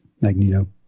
Magneto